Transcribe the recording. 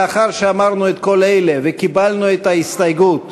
לאחר שאמרנו את כל אלה וקיבלנו את ההסתייגות,